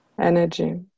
energy